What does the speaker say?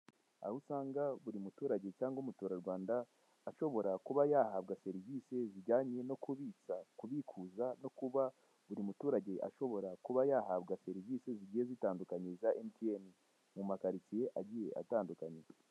Aho usanga buri muturage cyangwa umuturarwanda ashobora kuba yahabwa serivise zijyanye no kubitsa, kubikuza no kuba buri muturage ashobora kuba yahabwa serivise zigiye zitandukanye za emutiyene mu makaritsiye agiye atandukanye.